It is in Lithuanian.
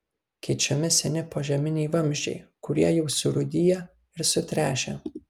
keičiami seni požeminiai vamzdžiai kurie jau surūdiję ir sutręšę